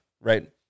right